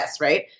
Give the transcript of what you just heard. Right